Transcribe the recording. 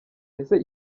ese